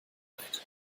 bereit